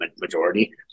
majority